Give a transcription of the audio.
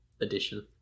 edition